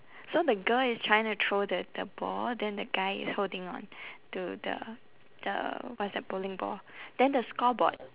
so the girl is trying to throw the the ball then the guy is holding on to the the what's that bowling ball then the scoreboard